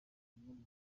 muntu